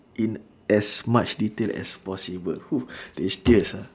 in as much detail as possible !woo! tastiest ah